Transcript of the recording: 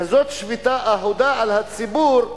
כזאת שביתה אהודה בציבור,